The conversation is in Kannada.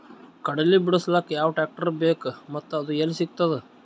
ಕಡಲಿ ಬಿಡಿಸಲಕ ಯಾವ ಟ್ರಾಕ್ಟರ್ ಬೇಕ ಮತ್ತ ಅದು ಯಲ್ಲಿ ಸಿಗತದ?